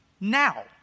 now